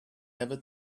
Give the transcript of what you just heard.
ever